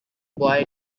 boy